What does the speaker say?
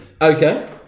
Okay